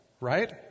right